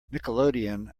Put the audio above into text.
nickelodeon